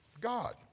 God